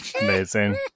amazing